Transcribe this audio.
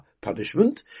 punishment